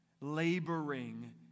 laboring